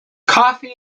coffee